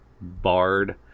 bard